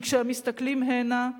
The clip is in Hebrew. כי כשהם מסתכלים הנה,